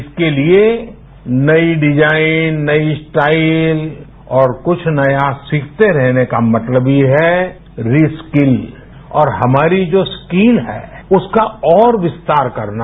इसके लिए नयी डिजाइन नयी स्टाइल और कुछ नया सीखते रहने का मतलब ही है रि स्किल और हमारी जो रिकल है उसका और विस्तार करना